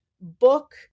book